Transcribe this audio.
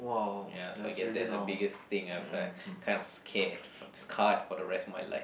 ya so I guess that's the biggest thing I've uh kind of scared for scarred for the rest of my life